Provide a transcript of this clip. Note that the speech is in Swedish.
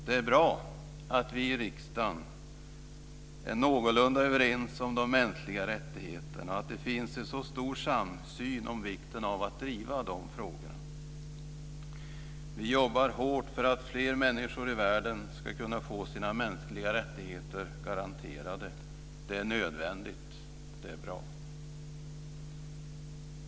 Det är bra att vi i riksdagen är någorlunda överens om de mänskliga rättigheterna och att det finns en stor samsyn om vikten av att driva dessa frågor. Vi jobbar hårt för att fler människor i världen ska kunna få sina mänskliga rättigheter garanterade. Det är nödvändigt och bra.